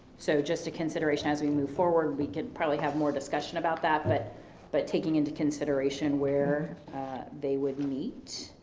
so just a consideration as we move forward, we could probably have more discussion about that, but but taking into consideration, where they would meet,